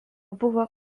buvo